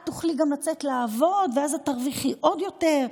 את גם תוכלי לצאת לעבוד ואז את תרוויחי עוד יותר,